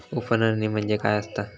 उफणणी म्हणजे काय असतां?